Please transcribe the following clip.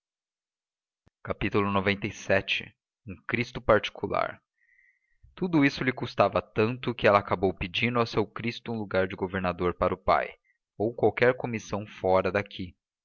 valia nada xcvii um cristo particular tudo isso lhe custava tanto que ela acabou pedindo ao seu cristo um lugar de governador para o pai ou qualquer comissão fora daqui